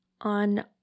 On